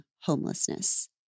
homelessness